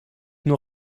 nur